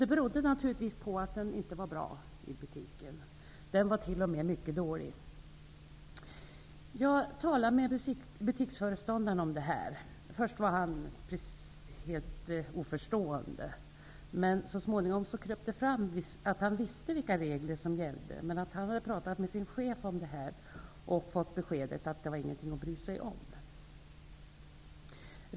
Det berodde naturligtvis på att den inte var bra i butiken. Den var t.o.m. Jag talade med butiksföreståndaren om detta. Först var han helt oförstående. Men så småningom kröp det fram att han visste vilka regler som gällde men att han hade talat med sin chef om detta och fått beskedet att det inte var något att bry sig om.